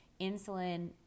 insulin